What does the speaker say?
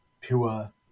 pure